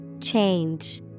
Change